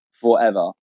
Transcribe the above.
forever